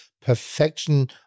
perfection